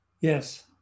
yes